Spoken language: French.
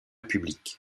public